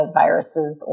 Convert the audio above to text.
viruses